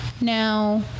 Now